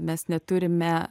mes neturime